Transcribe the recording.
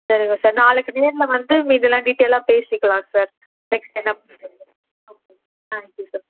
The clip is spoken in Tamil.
சரிங்க சார் நாளைக்கு நேரில் வந்து மீதிலாம் டீட்டெயிலாக பேசிக்கிலாம் சார் நெக்ஸ்ட் என்னா பண்ணுறதுனு ஓகே தேங்க் யூ சார்